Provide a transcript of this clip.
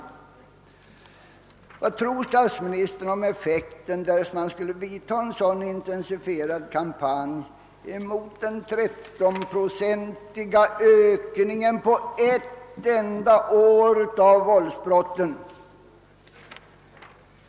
Jag vill fråga statsministern vilken effekt han tror att det skulle bli om man genomförde en sådan här intensifierad kampanj mot den 13-procentiga ökningen på ett enda år av våldsbrotten.